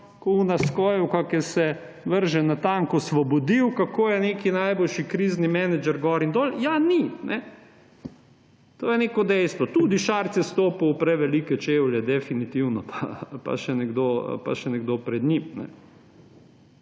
kot tista skojevka, ki se vrže na tank − osvobodil, kako je najboljši krizni menedžer gor in dol. Ja, ni! To je neko dejstvo. Tudi Šarec je stopil v prevelike čevlje, definitivno, pa še nekdo pred njim.